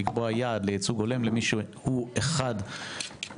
לקבוע יעד לייצוג הולם למי שהוא או אחד מהוריו